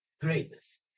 greatness